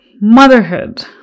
motherhood